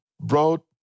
brought